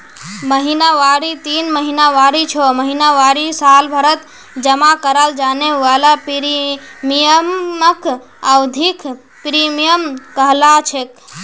महिनावारी तीन महीनावारी छो महीनावारी सालभरत जमा कराल जाने वाला प्रीमियमक अवधिख प्रीमियम कहलाछेक